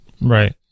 Right